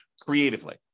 creatively